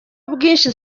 bwinshi